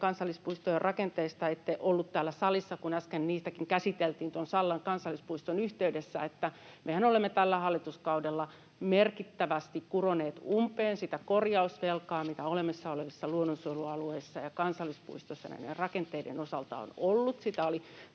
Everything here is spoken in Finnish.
kansallispuistojen rakenteista: Ette ollut täällä salissa, kun äsken niitäkin käsiteltiin Sallan kansallispuiston yhteydessä. Mehän olemme tällä hallituskaudella merkittävästi kuroneet umpeen sitä korjausvelkaa, mitä olemassa olevissa luonnonsuojelualueissa ja kansallispuistoissa näiden rakenteiden osalta on ollut. Sitä oli